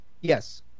Yes